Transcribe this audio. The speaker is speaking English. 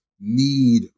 need